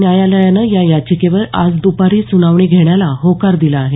न्यायालयानं या याचिकेवर आज दुपारी सुनावणी घेण्याला होकार दिला आहे